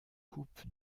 coupe